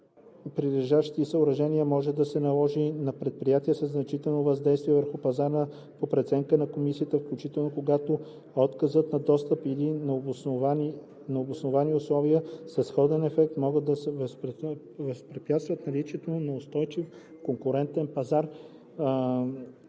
прилежащи съоръжения може да се наложи на предприятие със значително въздействие върху пазара по преценка на комисията, включително когато отказът на достъп или необосновани условия със сходен ефект могат да възпрепятстват наличието на устойчив конкурентен пазар